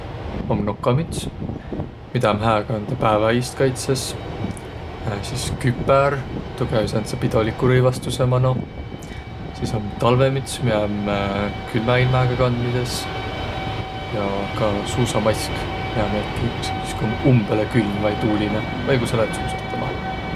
Om nokamüts, midä om hää kandaq päävä iist kaitsõs. Sis küpär, tuu käü sääntse pidoligu rõivastusõ manoq. Sis om talvõmüts, miä om külmä ilmaga kandmisõs. Ja ka suusamask, miä om jälki sis, ku om umbõlõ külm vai tuulinõ vai ku saq läät suusatama